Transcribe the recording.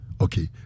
okay